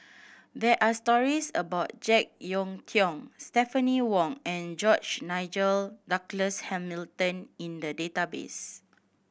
there are stories about Jek Yeun Thong Stephanie Wong and George Nigel Douglas Hamilton in the database